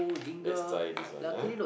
lets try this one ah